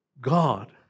God